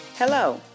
Hello